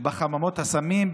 בחממות הסמים,